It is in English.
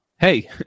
hey